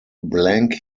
blank